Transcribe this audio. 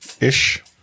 ish